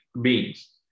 beings